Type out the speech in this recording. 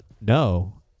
No